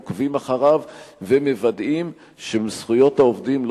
עוקבים אחריו ומוודאים שזכויות העובדים לא